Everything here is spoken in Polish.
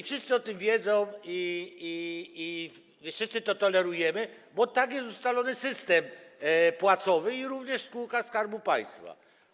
Wszyscy o tym wiedzą i wszyscy to tolerujemy, bo tak jest ustalony system płacowy również w spółkach Skarbu Państwa.